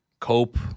cope